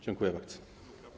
Dziękuję bardzo.